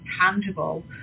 tangible